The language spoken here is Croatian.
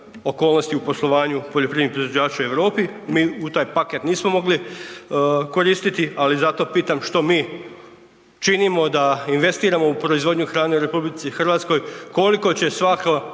okolnosti u poslovanju poljoprivrednih proizvođača u Europi, mi u taj paket nismo mogli koristiti, ali zato pitam što mi činimo da investiramo u proizvodnju hrane u RH, koliko će se